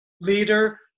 leader